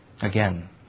again